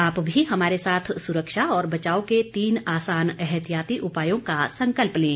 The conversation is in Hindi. आप भी हमारे साथ सुरक्षा और बचाव के तीन आसान एहतियाती उपायों का संकल्प लें